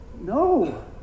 no